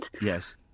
Yes